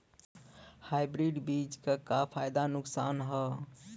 Hybrid बीज क का फायदा नुकसान ह?